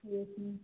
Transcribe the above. yes ma'am